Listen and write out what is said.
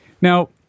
Now